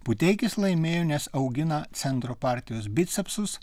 puteikis laimėjo nes augina centro partijos bicepsus